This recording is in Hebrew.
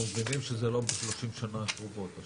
אנחנו מבינים שזה לא ב-30 שנה הקרובות.